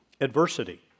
adversity